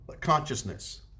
Consciousness